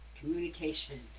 communication